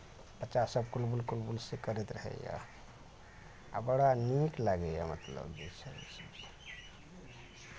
बच्चासभ कुलबुल कुलबुल से करैत रहैए आ बड़ा नीक लागैए मतलब जे छै से